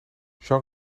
jean